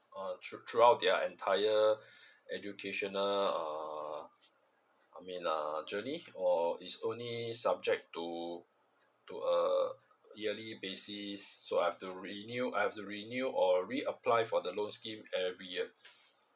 uh through throughout their entire educational uh I mean uh journey or it's only subject to to a yearly basis so I've to renew I've to renew or re apply for the loan scheme every year